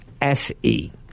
SE